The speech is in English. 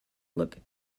look